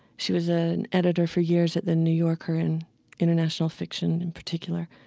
she was ah an editor for years at the new yorker, in international fiction in particular.